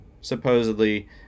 supposedly